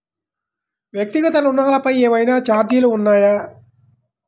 వ్యక్తిగత ఋణాలపై ఏవైనా ఛార్జీలు ఉన్నాయా?